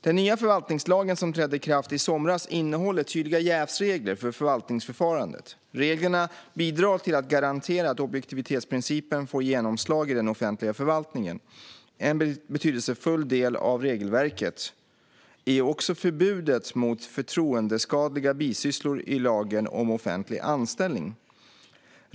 Den nya förvaltningslagen, som trädde i kraft i somras, innehåller tydliga jävsregler för förvaltningsförfarandet. Reglerna bidrar till att garantera att objektivitetsprincipen får genomslag i den offentliga förvaltningen. En betydelsefull del av regelverket är också förbudet mot förtroendeskadliga bisysslor i lagen om offentlig anställning.